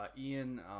ian